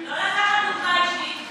לא לקחת דוגמה אישית.